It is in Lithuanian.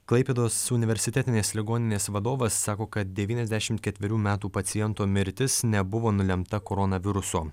klaipėdos universitetinės ligoninės vadovas sako kad devyniasdešimt ketverių metų paciento mirtis nebuvo nulemta koronaviruso